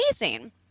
amazing